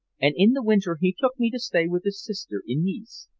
and in the winter he took me to stay with his sister in nice.